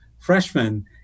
freshmen